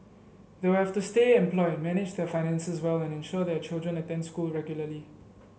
they will have to stay employed manage their finances well and ensure their children attend school regularly